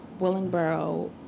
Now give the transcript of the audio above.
Willingboro